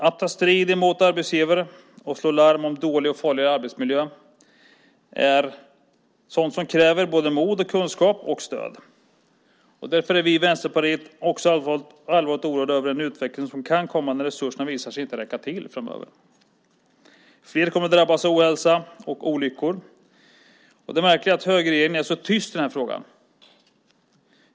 Att ta strid mot arbetsgivare och slå larm om dålig och farlig arbetsmiljö är sådant som kräver mod, kunskap och stöd. Därför är vi i Vänsterpartiet också allvarligt oroade över den utveckling som kan komma när resurserna visar sig inte räcka till framöver. Fler kommer att drabbas av ohälsa och olyckor. Och det märkliga är att högerregeringen är så tyst i denna fråga.